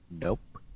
Nope